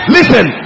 Listen